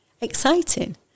exciting